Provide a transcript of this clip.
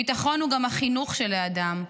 ביטחון הוא גם החינוך של האדם,